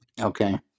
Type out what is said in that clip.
Okay